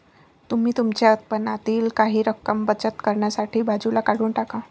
तुम्ही तुमच्या उत्पन्नातील काही रक्कम बचत करण्यासाठी बाजूला काढून टाका